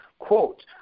quote